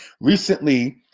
Recently